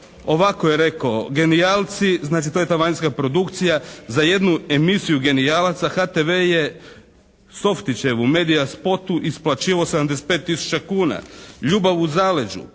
ovako je rekao. Genijalci, znači to je ta vanjska produkcija za jednu emisiju genijalaca HTV je Softićevu "Media spotu" isplaćivao 75 tisuća kuna, "Ljubav u zaleđu"